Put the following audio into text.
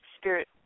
Spirit